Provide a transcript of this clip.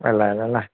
വെള്ളയല്ല അല്ലെ